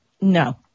No